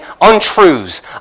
untruths